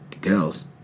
girls